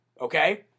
okay